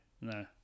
no